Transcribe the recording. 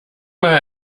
mal